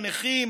הנכים,